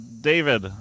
David